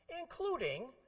including